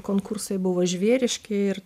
konkursai buvo žvėriški ir